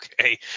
Okay